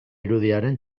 irudiaren